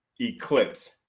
eclipse